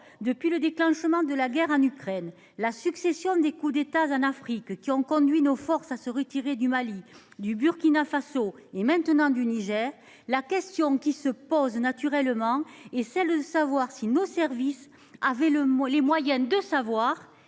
Depuis le déclenchement de la guerre en Ukraine, la succession des coups d’État en Afrique, qui ont conduit nos forces à se retirer du Mali, du Burkina Faso et désormais du Niger, suscite naturellement une question : nos services avaient ils les moyens de savoir,